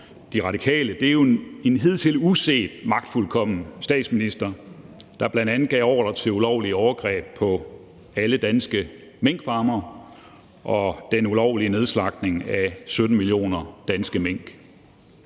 er, at det var en hidtil uset magtfuldkommen statsminister, der bl.a. gav ordre til ulovlige overgreb på alle danske minkfarmere og den ulovlige nedslagtning af 17 millioner danske mink.